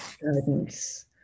guidance